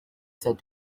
said